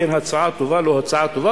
הצעה טובה או לא הצעה טובה,